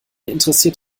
interessiert